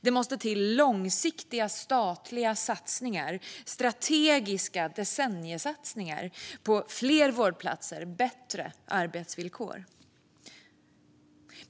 Det måste till långsiktiga statliga satsningar, strategiska decenniesatsningar, på fler vårdplatser och bättre arbetsvillkor.